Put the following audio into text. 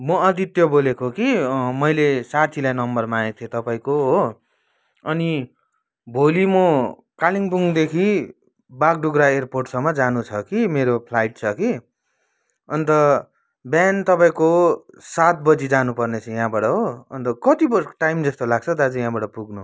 म अदित्य बोलेको कि मैले साथीलाई नम्बर मागेको थिएँ तपाईँको हो अनि भोलि म कालिम्पोङदेखि बाघडुग्रा एयरपोर्टसम्म जानु छ कि मेरो फ्लाइट छ कि अन्त बिहान तपाईँको सात बजी जानुपर्नेछ यहाँबाट हो अन्त कति बजी टाइम जस्तो लाग्छ दाजु यहाँबाट पुग्नु